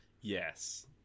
Yes